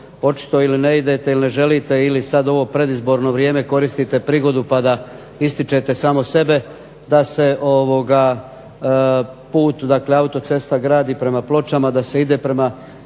očito ili ne idete ili ne želite ili sad ovo predizborno vrijeme koristite prigodu pa da ističete samo sebe, da se put dakle autocesta gradi prema Pločama, da se ide prema